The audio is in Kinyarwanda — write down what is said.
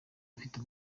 ufite